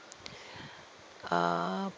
uh